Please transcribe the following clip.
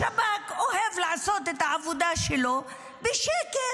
השב"כ אוהב לעשות את העבודה שלו בשקט.